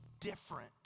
different